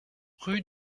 rue